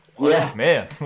man